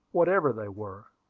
whatever they were.